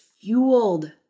fueled